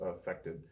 affected